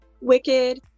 Wicked